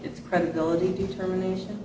its credibility determination